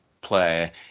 play